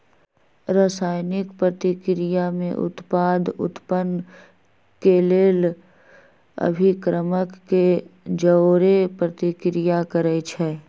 रसायनिक प्रतिक्रिया में उत्पाद उत्पन्न केलेल अभिक्रमक के जओरे प्रतिक्रिया करै छै